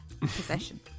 Possession